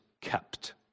kept